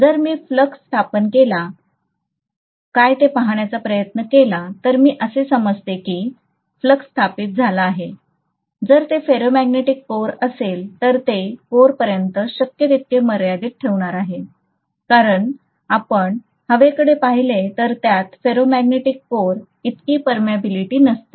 जर मी फ्लक्स स्थापन केला आहे काय ते पाहण्याचा प्रयत्न केला तर मी असे समजते की फ्लक्स स्थापित झाला आहे जर ते फेरोमॅग्नेटिक कोअर असेल तर ते कोरपर्यंत शक्य तितके मर्यादित ठेवणार आहे कारण आपण हवेकडे पाहिले तर त्यात फेरोमॅग्नेटिक कोअर इतकी परमियाबीलिटी नसते